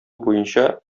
буенча